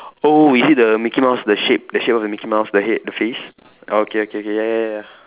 oh is it the mickey mouse the shape the shape of the mickey mouse the head the face oh okay okay K ya ya ya ya